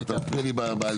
אבל אתה מפריע לי בעלייה.